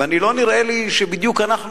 ולא נראה לי שאנחנו בדיוק,